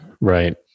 Right